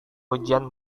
ujian